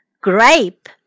Grape